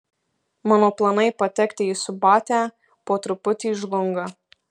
mano planai patekti į subatę po truputį žlunga